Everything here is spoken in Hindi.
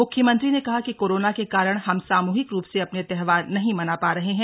मुख्यमंत्री ने कहा कि कोरोना के कारण हम सामूहिक रूप से अपने त्योहार नहीं मना पा रहे हैं